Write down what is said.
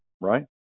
right